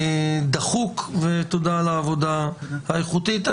זמן דחוק, ותודה על העבודה האיכותית.